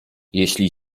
jeśli